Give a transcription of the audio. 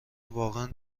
واقعا